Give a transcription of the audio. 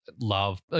love